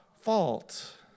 fault